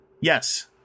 Yes